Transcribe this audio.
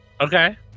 Okay